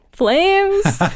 Flames